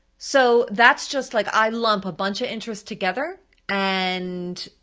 so that's just like i lump a bunch of interests together and